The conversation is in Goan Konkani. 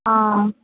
आं